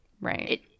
Right